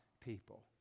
people